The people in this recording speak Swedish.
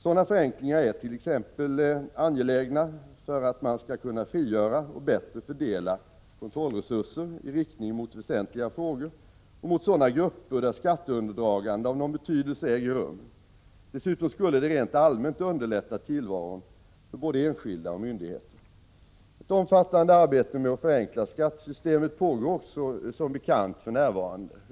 Sådana förenklingar är t.ex. angelägna för att man skall kunna frigöra och bättre fördela kontrollresurser i riktning mot väsentliga frågor och mot sådana grupper där skatteundandragande av någon betydelse äger rum. Dessutom skulle det rent allmänt underlätta tillvaron för både enskilda och myndigheter. Ett omfattande arbete med att förenkla skattesystemet pågår också som bekant för närvarande.